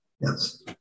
Yes